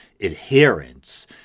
adherence